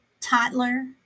toddler